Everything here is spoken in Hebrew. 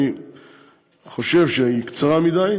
אני חושב שהיא קצרה מדי,